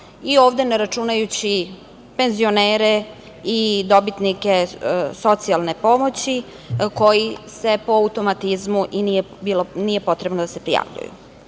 maja, ne računajući penzionere i dobitnike socijalne pomoći koji idu po automatizmu i nije potrebno da se prijavljuju. Takođe,